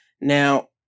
Now